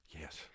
Yes